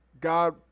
God